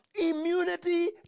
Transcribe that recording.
Immunity